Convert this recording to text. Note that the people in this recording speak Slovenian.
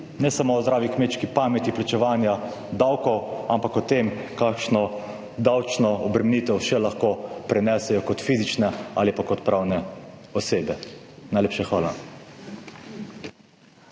ne samo o zdravi kmečki pameti plačevanja davkov, ampak o tem, kakšno davčno obremenitev še lahko prenesejo kot fizične ali pa kot pravne osebe. Najlepša hvala.